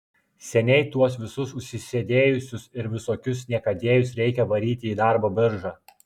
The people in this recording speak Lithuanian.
seniai tuos visus užsisėdėjusius ir visokius niekadėjus reikia varyti į darbo biržą